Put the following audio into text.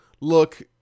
look